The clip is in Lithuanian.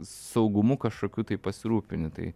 saugumu kažkokiu tai pasirūpini tai